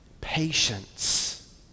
patience